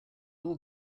all